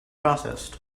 processed